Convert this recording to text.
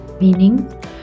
Meaning